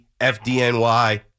FDNY